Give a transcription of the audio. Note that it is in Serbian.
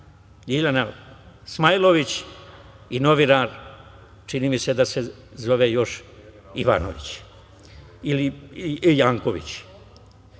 Ljiljana Smajlović i novinar, čini mi se da se zove još Ivanović ili Janković. Novinar